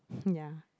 ya